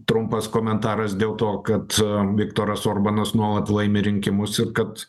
trumpas komentaras dėl to kad viktoras orbanas nuolat laimi rinkimus ir kad